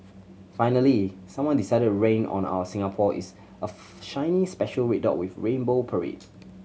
finally someone decided rain on our Singapore is a shiny special red dot with rainbow parade